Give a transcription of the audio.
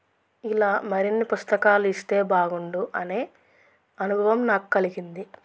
ఇలా మరిన్ని పుస్తకాలు ఇస్తే బాగుండును అనే అనుభవం నాకు కలిగింది